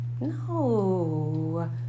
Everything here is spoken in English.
No